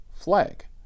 Flag